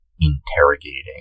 interrogating